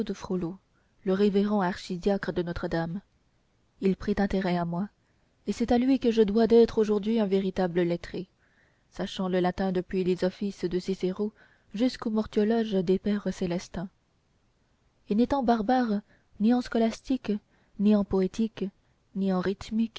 frollo le révérend archidiacre de notre-dame il prit intérêt à moi et c'est à lui que je dois d'être aujourd'hui un véritable lettré sachant le latin depuis les offices de cicero jusqu'au mortuologe des pères célestins et n'étant barbare ni en scolastique ni en poétique ni en rythmique